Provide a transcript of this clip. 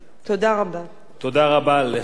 תודה רבה לחברת הכנסת אורית זוארץ.